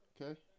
Okay